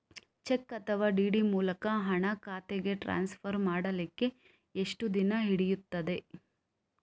Check ಅಥವಾ DD ಮೂಲಕ ಹಣ ಖಾತೆಗೆ ಟ್ರಾನ್ಸ್ಫರ್ ಆಗಲಿಕ್ಕೆ ಎಷ್ಟು ದಿನ ಹಿಡಿಯುತ್ತದೆ?